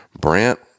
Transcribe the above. Brant